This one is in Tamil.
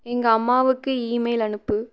எங்கள் அம்மாவுக்கு இமெயில் அனுப்பு